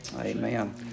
Amen